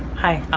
hi,